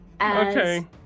Okay